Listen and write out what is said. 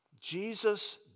Jesus